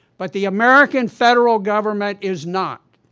but the american federal government is not.